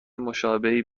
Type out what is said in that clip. مشابهی